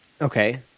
Okay